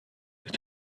ist